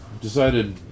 decided